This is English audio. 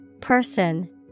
Person